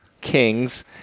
kings